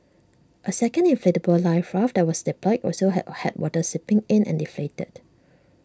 A second inflatable life raft that was deployed also have had water seeping in and deflated